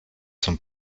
zum